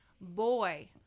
boy